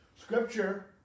Scripture